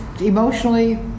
emotionally